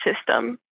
system